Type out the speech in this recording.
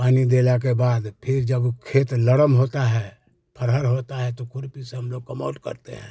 पानी देने के बाद फिर जब खेत नर्म होता है फरहर होता है तो खुरपी से हम लोग कमौट करते हैं